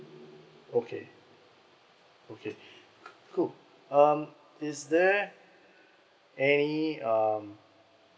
okay okay cool um is there any um